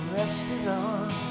restaurant